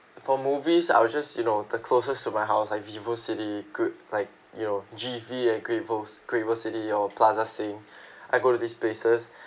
for movies I will just you know the closest to my house like vivo city good like you know G_V at great world great world city or plaza sing I go to these places